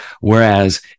Whereas